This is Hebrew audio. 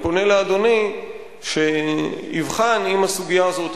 ואני פונה לאדוני שיבחן אם הסוגיה הזאת